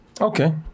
okay